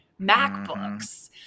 MacBooks